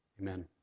Amen